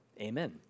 amen